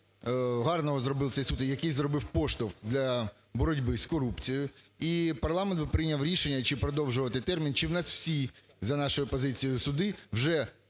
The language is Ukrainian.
Дякую.